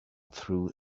through